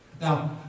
Now